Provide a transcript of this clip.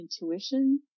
intuition